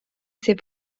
ses